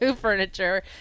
furniture